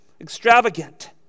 extravagant